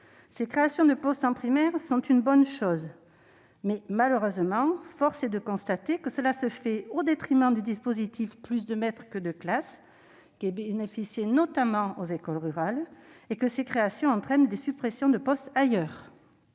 Ces créations de postes en primaire sont une bonne chose, mais malheureusement, force est de constater que cela se fait au détriment du dispositif « Plus de maîtres que de classes », qui bénéficiait notamment aux écoles rurales, et que ces créations entraînent des suppressions de postes ailleurs.